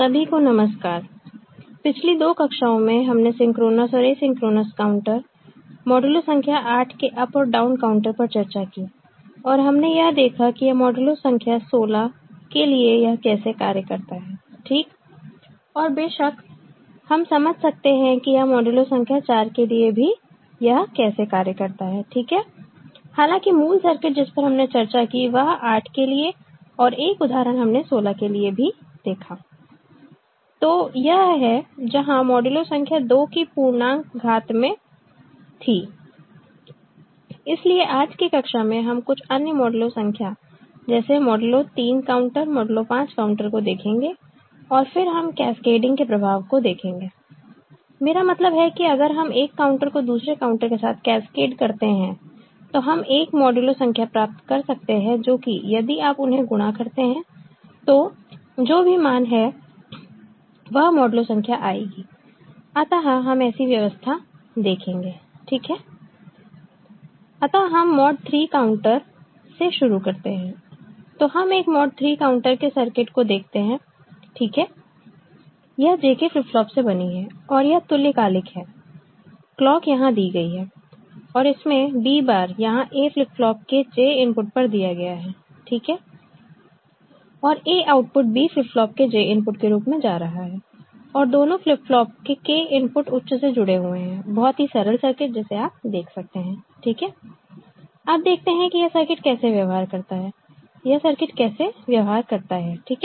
सभी को नमस्कार पिछली दो कक्षाओं में हमने सिंक्रोनस और एसिंक्रोनस काउंटर मॉडुलो संख्या 8 के अप और डाउन काउंटर पर चर्चा की और हमने यह देखा कि यह मॉडुलो संख्या 16 के लिए यह कैसे कार्य करता है ठीक और बेशक हम समझ सकते हैं कि यह मॉडुलो संख्या 4 के लिए भी यह कैसे कार्य करता है ठीक है हालांकि मूल सर्किट जिस पर हमने चर्चा की वह 8 के लिए और एक उदाहरण हमने 16 के लिए भी देखा तो यह है जहां मोडुलो संख्या 2 की पूर्णांक घात में थी इसलिए आज की कक्षा में हम कुछ अन्य मोडुलो संख्या जैसे मोडुलो 3 काउंटर मोडुलो 5 काउंटर को देखेंगे और फिर हम कैस्केडिंग के प्रभाव को देखेंगे मेरा मतलब है कि अगर हम एक काउंटर को दूसरे काउंटर के साथ कैस्केड करते हैं तो हम एक मोडुलो संख्या प्राप्त कर सकते हैं जो कि यदि आप उन्हें गुणा करते हैं तो जो भी मान है वह मोडुलो संख्या आएगी अतः हम ऐसी व्यवस्था देखेंगे ठीक है अतः हम मॉड 3 काउंटर से शुरू करते हैं तो हम एक मॉड 3 काउंटर के सर्किट को देखते हैं ठीक यह JK फ्लिप फ्लॉप से बनी है और यह तुल्यकालिक है क्लॉक यहां दी गई है और इसमें B bar यहां A फ्लिप फ्लॉप के J इनपुट पर दिया गया है ठीक है और A output B flip flop के J इनपुट के रूप में जा रहा है और दोनों फ्लिप फ्लॉप के K इनपुट उच्च से जुड़े हुए हैं बहुत ही सरल सर्किट जिसे आप देख सकते हैं ठीक है अब देखते हैं कि यह सर्किट कैसे व्यवहार करता है यह सर्किट कैसे व्यवहार करता है ठीक है